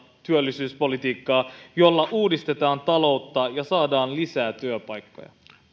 työllisyyspolitiikkaa jolla uudistetaan taloutta ja saadaan lisää työpaikkoja